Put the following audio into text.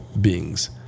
beings